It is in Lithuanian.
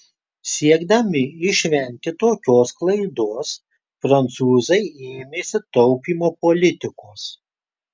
siekdami išvengti tokios klaidos prancūzai ėmėsi taupymo politikos